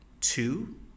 Two